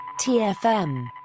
TFM